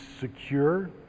secure